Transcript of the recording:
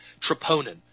troponin